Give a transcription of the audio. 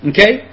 Okay